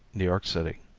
new york city.